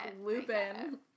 Lupin